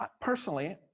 Personally